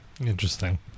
Interesting